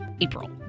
April